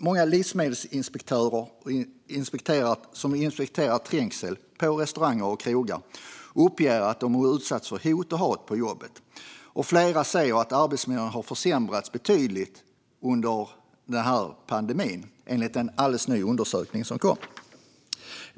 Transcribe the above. Många livsmedelsinspektörer som inspekterar trängsel på restauranger och krogar uppger att de utsatts för hot och hat på jobbet. Flera säger, enligt en alldeles ny undersökning, att arbetsmiljön har försämrats betydligt under pandemin.